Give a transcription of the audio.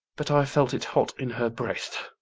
but i felt it hot in her breath.